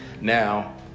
Now